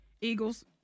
Eagles